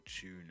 tune